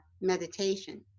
meditation